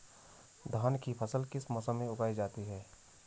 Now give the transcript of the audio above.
धान की फसल किस मौसम में उगाई जाती है?